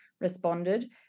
responded